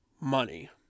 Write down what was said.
money